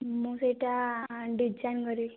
ମୁଁ ସେଇଟା ଡ଼ିଜାଇନ କରିବି